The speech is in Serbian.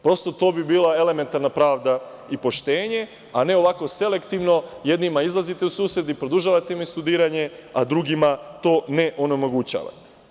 Prosto, to bi bila elementarna pravda i poštenje, a ne ovako selektivno, jednima izlazite u susret i produžavate studiranje, a drugima to ne omogućavate.